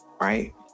right